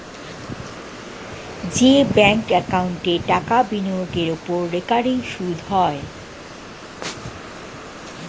যে ব্যাঙ্ক একাউন্টে টাকা বিনিয়োগের ওপর রেকারিং সুদ হয়